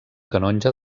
canonge